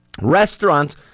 Restaurants